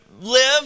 live